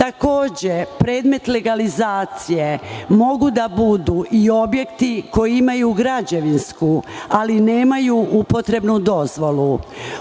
predmet legalizacije mogu da budu i objekti koji imaju građevinsku, ali nemaju upotrebnu dozvolu.